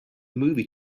movie